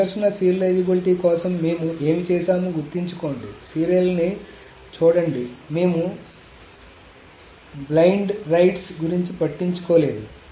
సంఘర్షణ సీరియలైజేబిలిటీ కోసం మేము ఏమి చేశామో గుర్తుంచుకోండి సీరియల్ని చూడండి మేము బ్లైండ్ రైట్స్ గురించి పట్టించుకోలేదు